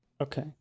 okay